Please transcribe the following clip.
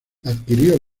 adquirió